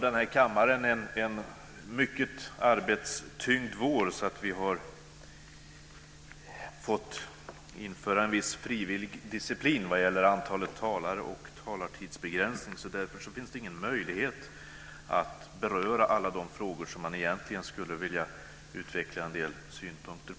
Denna kammare har en mycket arbetstyngd vår, så vi har fått införa en viss frivillig disciplin vad gäller antalet talare och talartidsbegränsning. Därför finns det ingen möjlighet att beröra alla de frågor där jag egentligen skulle vilja utveckla en del synpunkter.